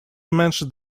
mentioned